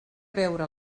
veure